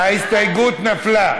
חברים, ההסתייגות נפלה.